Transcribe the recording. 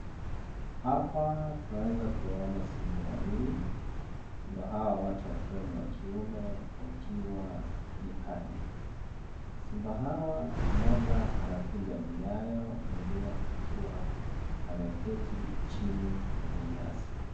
Hapa tunaweza kuwaona simba wawili. Simba hao wote wakiwa ni wakiume, wakiwa nyikani. Simba hawa, mmoja anapiga miayo, mwingine akiwa ameketi chini kwenye nyasi.